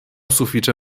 sufiĉe